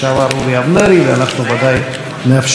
ואנחנו ודאי נאפשר לו לעשות זאת.